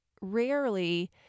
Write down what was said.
rarely